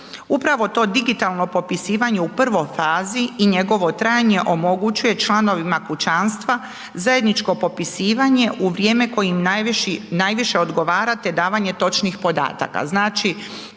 Upravo to digitalno popisivanje u prvoj fazi i njegovo trajanje omogućuje članovim kućanstva zajedničko popisivanje u vrijeme koje im najviše odgovara te davanje točnih podataka.